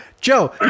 Joe